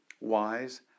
wise